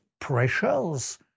pressures